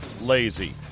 lazy